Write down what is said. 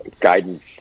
guidance